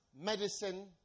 medicine